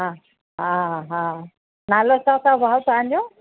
हा हा हा नालो त छा अथव भाऊ तव्हांजो